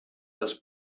dels